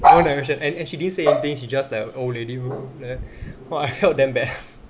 wrong direction and and she didn't say anything she just like an old lady move move like that !wah! I felt damn bad